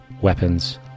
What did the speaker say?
Weapons